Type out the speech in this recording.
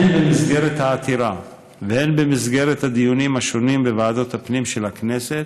הן במסגרת העתירה והן במסגרת הדיונים השונים בוועדות הפנים של הכנסת